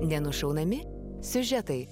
ne nušaunami siužetai